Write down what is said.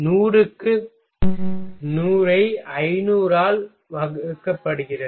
100 க்கு 100 ஐ 500 ஆல் வகுக்கப்படுகிறது